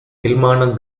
kilmarnock